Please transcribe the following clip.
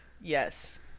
yes